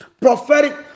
prophetic